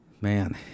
Man